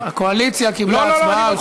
קמה מתוך המקום שהבעיה כן בשבת,